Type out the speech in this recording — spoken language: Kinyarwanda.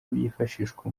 byifashishwa